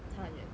差很远